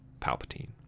Palpatine